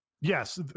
yes